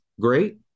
great